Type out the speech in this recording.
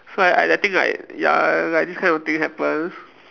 so I I I think like ya like this kind of thing happens